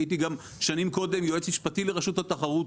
הייתי גם שנים קודם יועץ משפטי לרשות התחרות.